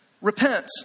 Repent